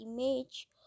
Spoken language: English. image